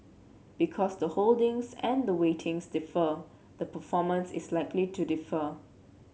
because the holdings and the weightings differ the performance is likely to differ